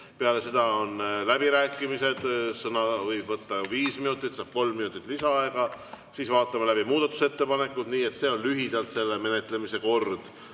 Peale seda on läbirääkimised, sõna võib võtta viis minutit, saab kolm minutit lisaaega, siis vaatame läbi muudatusettepanekud. Nii et see on lühidalt selle menetlemise kord,